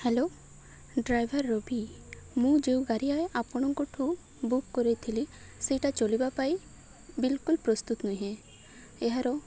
hello driver Ravi ମୁଁ ଯେଉଁ ଗାଡ଼ି ଆପଣଙ୍କ ଠୁ ବୁକ୍ କରିଥିଲି ସେଇଟା ଚଲିବା ପାଇଁ ବିଲକୁଲ ପ୍ରସ୍ତୁତ ନୁହେଁ ଏହାର